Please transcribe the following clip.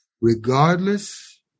Regardless